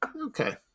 Okay